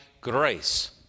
Grace